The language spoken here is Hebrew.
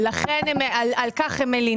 לפני שנה היו מגעים לגיבוש